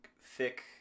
thick